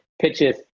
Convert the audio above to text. pitches